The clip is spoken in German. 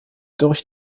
durch